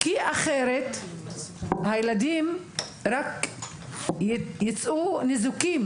אחרת הילדים רק יצאו ניזוקים,